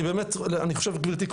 אני חושב גבירתי,